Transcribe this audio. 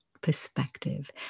perspective